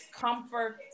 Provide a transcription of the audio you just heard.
comfort